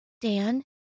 Dan